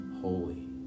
holy